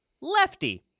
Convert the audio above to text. Lefty